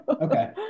Okay